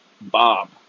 Bob